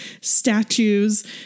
statues